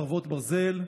חרבות ברזל)